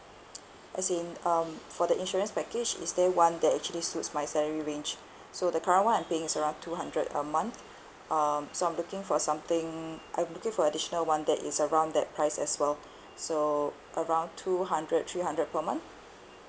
as in um for the insurance package is there one that actually suits my salary range so the current one I'm paying is around two hundred a month um so I'm looking for something I'm looking for additional one that is around that price as well so around two hundred three hundred per month